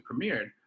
premiered